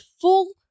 full